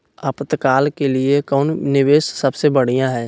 आपातकाल के लिए कौन निवेस सबसे बढ़िया है?